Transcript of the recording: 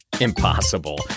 Impossible